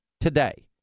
today